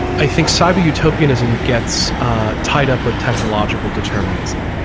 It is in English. i think cyber utopianism gets tied up with technological determinism.